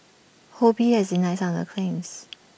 ho bee has denied some of the claims